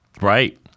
Right